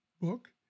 book